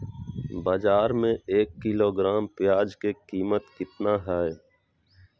बाजार में एक किलोग्राम प्याज के कीमत कितना हाय?